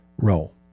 Role